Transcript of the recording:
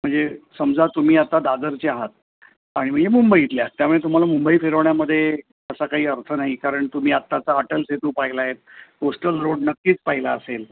म्हणजे समजा तुम्ही आता दादरच्या आहात आणि म्हणजे मुंबईतल्या त्यामुळे तुम्हाला मुंबई फिरवण्यामध्ये तसा काही आमचं नाही कारण तुम्ही आताचा अटल सेतू पाहिला आहे कोस्टल रोड नक्कीच पाहिला असेल